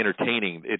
entertaining